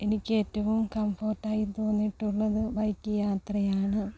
എനിക്ക് ഏറ്റവും കംഫോർട്ട് ആയി തോന്നിയിട്ടുള്ളത് ബൈക്ക് യാത്രയാണ്